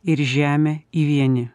ir žemę į vienį